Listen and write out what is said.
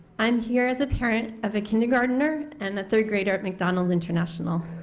am here as a parent of a kindergartner, and third grader at mcdonald international.